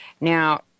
Now